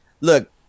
look